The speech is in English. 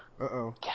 Uh-oh